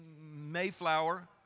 Mayflower